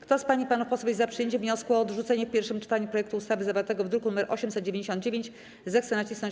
Kto z pań i panów posłów jest za przyjęciem wniosku o odrzucenie w pierwszym czytaniu projektu ustawy zawartego w druku nr 899, zechce nacisnąć